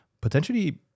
potentially